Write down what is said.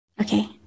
Okay